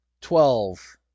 twelve